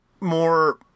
more